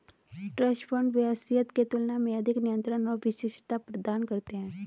trust fund वसीयत की तुलना में अधिक नियंत्रण और विशिष्टता प्रदान करते हैं